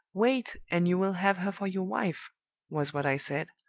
wait, and you will have her for your wife was what i said.